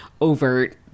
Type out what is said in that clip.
overt